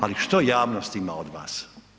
Ali što javnost ima od vas?